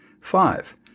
Five